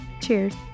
cheers